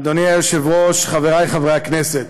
אדוני היושב-ראש, חברי חברי הכנסת,